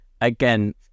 Again